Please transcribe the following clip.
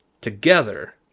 together